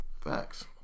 Facts